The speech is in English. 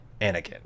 Anakin